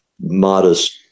Modest